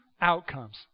outcomes